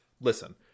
listen